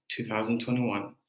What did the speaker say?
2021